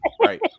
Right